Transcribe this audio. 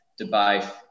Dubai